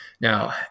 now